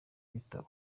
w’ibitabo